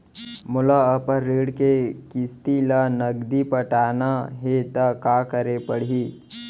मोला अपन ऋण के किसती ला नगदी पटाना हे ता का करे पड़ही?